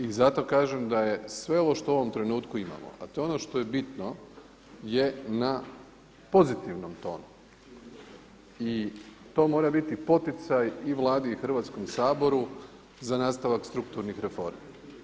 I zato kažem da je sve ovo što u ovom trenutku imamo, a to je ono što je bitno je na pozitivnom tonu i to mora biti poticaj i Vladi i Hrvatskom saboru za nastavak strukturnih reformi.